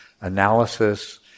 analysis